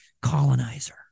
colonizer